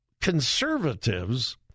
conservatives